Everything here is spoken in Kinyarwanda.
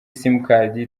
simukadi